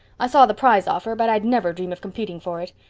i saw the prize offer, but i'd never dream of competing for it.